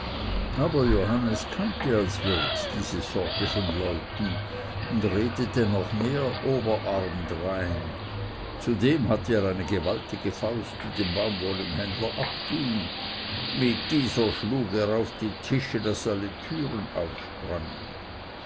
aber johannes kannte als wirt diese sorte von leuten auch und redete noch mehr oberarm drein zudem hatte er eine gewaltige faust die dem baumwollenhändler abging mit dieser schlug er auf die tische daß alle türen aufsprangen